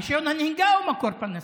רישיון הנהיגה הוא מקור פרנסה.